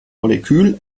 molekül